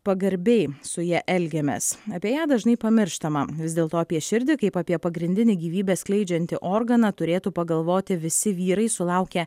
pagarbiai su ja elgiamės apie ją dažnai pamirštama vis dėlto apie širdį kaip apie pagrindinį gyvybę skleidžiantį organą turėtų pagalvoti visi vyrai sulaukę